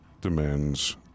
demands